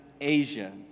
Asia